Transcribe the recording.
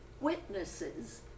Witnesses